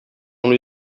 only